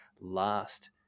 last